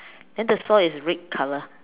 then the saw is red color